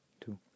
two